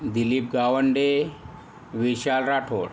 Dilip Gawande Vishal Rathod